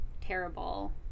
terrible